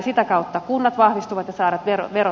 sitä kautta kunnat vahvistuvat ja saavat verotuloja